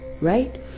right